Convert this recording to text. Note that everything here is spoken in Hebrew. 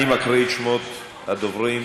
אני מקריא את שמות הדוברים: